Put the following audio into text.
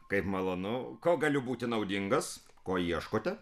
kaip malonu kuo galiu būti naudingas ko ieškote